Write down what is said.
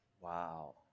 Wow